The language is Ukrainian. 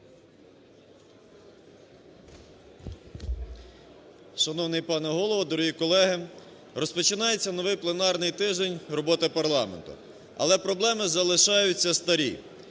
Шановний пане Голово! Дорогі колеги! Розпочинається новий пленарний тиждень роботи парламенту, але проблеми залишаються старі.